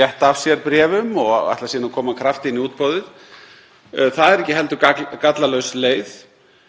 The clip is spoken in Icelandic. létta af sér bréfum og ætla síðan að koma krafti af inn í útboðið. Það er ekki heldur gallalaus leið.